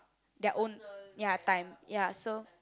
their own ya time ya so